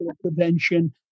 prevention